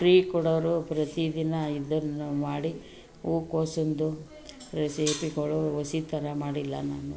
free ಕೊಡೋರು ಪ್ರತಿ ದಿನ ಇದನ್ನ ಮಾಡಿ ಹೂಕೋಸಿಂದು ರೆಸಿಪಿಗಳು ಒಸಿ ಥರ ಮಾಡಿಲ್ಲ ನಾನು